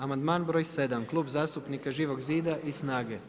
Amandman broj 7, Klub zastupnika Živog zida i SNAGA-e.